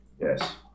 Yes